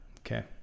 Okay